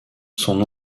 son